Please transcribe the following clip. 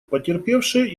потерпевшие